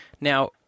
Now